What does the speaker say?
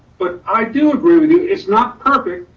but i do agree with you, it's not perfect,